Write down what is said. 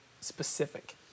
specific